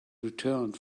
returned